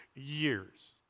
Years